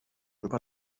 über